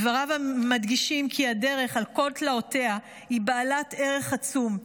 דבריו מדגישים כי הדרך על כל תלאותיה היא בעלת ערך עצום: